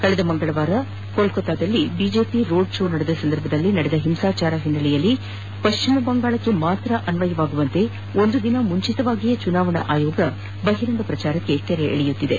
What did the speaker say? ಕಳೆದ ಮಂಗಳವಾರ ಕೊಲ್ಕತಾದ ಬಿಜೆಪಿ ರೋಡ್ ಶೋ ಸಂದರ್ಭದಲ್ಲಿ ನಡೆದ ಹಿಂಸಾಚಾರ ಹಿನ್ನೆಲೆಯಲ್ಲಿ ಪಶ್ಚಿಮ ಬಂಗಾಳಕ್ಕೆ ಅನ್ವಯವಾಗುವಂತೆ ಒಂದು ದಿನ ಮುನ್ನವೇ ಚುನಾವಣಾ ಆಯೋಗ ಬಹಿರಂಗ ಪ್ರಚಾರಕ್ಕೆ ತೆರೆ ಎಳೆದಿದೆ